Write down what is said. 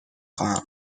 خواهم